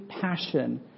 passion